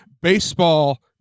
baseball